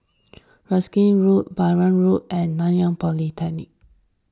Erskine Road Balam Road and Nanyang Polytechnic